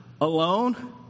alone